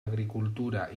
agricultura